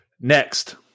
Next